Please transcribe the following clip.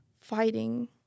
fighting